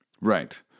Right